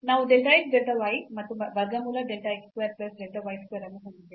ನಾವು delta x delta y ಮತ್ತು ವರ್ಗಮೂಲ delta x square plus delta y square ಅನ್ನು ಹೊಂದಿದ್ದೇವೆ